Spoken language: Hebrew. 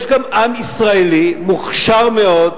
יש גם עם ישראלי מוכשר מאוד,